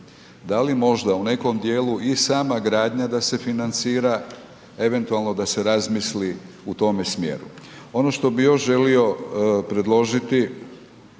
Da li možda u nekom dijelu i sama gradnja da se financira, eventualno da se razmisli u tome smjeru. Ono što bih još želio predložiti,